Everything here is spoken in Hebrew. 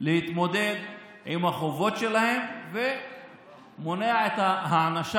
להתמודד עם החובות שלהם ומונע את ההענשה